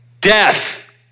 death